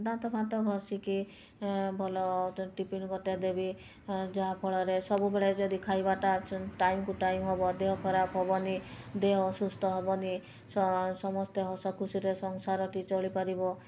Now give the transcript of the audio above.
ଦାନ୍ତ ଫାନ୍ତ ଘଷିକି ଭଲ ଟିଫିନ୍ ଗୋଟେ ଦେବି ଯାହା ଫଳରେ ସବୁବେଳେ ଯଦି ଖାଇବାଟା ଟାଇମ୍ଟୁ ଟାଇମ୍ ହେବ ପୁଅ ଦେହ ଖରାପ ହେବନି ଦେହ ଅସୁସ୍ଥ ହେବନି ସମସ୍ତେ ହସ ଖୁସିରେ ସଂସାରଟି ଚଳି ପାରିବ